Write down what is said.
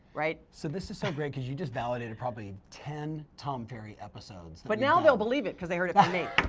right? so this is so great, cause you just validated probably ten tom ferry episodes. but now they'll believe it because they heard it from me.